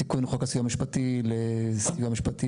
תיקון חוק הסיוע המשפטי לסיוע משפטי